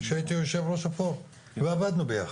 שהייתי יושב ראש הפורום ועבדנו ביחד.